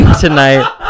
Tonight